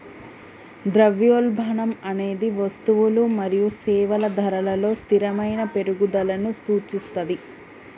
ద్రవ్యోల్బణం అనేది వస్తువులు మరియు సేవల ధరలలో స్థిరమైన పెరుగుదలను సూచిస్తది